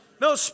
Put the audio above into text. No